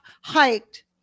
hiked